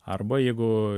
arba jeigu